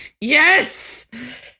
yes